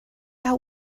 out